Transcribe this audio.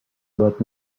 about